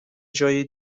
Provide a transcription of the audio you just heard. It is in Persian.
جای